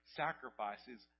sacrifices